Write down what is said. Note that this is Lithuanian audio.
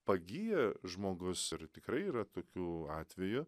pagyja žmogus ir tikrai yra tokių atvejų